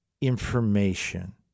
information